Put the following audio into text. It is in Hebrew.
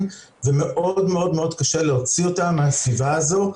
ומאוד מאוד קשה להוציא אותן מהסביבה הזאת,